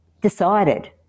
decided